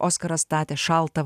oskaras statė šaltą